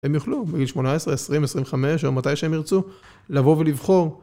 הם יוכלו בגיל 18, 20, 25 או מתי שהם ירצו לבוא ולבחור.